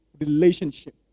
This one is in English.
relationship